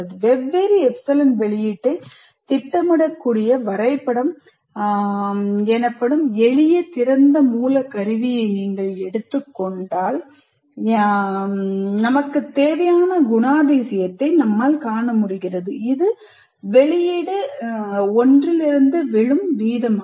வெவ்வேறு Epsilons வெளியீட்டைத் திட்டமிடக்கூடிய 'வரைபடம்' எனப்படும் எளிய திறந்த மூல கருவியை நீங்கள் எடுத்துக் கொண்டால் எனக்குத் தேவையான குணாதிசயத்தை என்னால் காண முடிகிறது இது வெளியீடு 1 இலிருந்து விழும் வீதமாகும்